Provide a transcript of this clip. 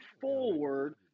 forward